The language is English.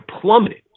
plummeted